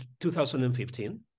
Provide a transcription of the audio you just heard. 2015